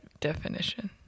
definition